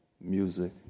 music